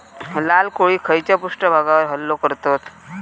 लाल कोळी खैच्या पृष्ठभागावर हल्लो करतत?